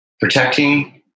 protecting